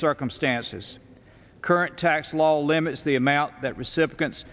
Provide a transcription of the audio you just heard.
circumstances current tax law limits the amount that recipients